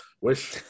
wish